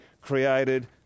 created